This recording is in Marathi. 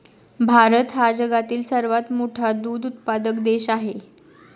भारत हा जगातील सर्वात मोठा दूध उत्पादक देश आहे